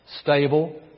Stable